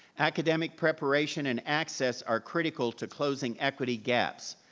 academic preparation and access are critical to closing equity gaps,